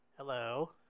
Hello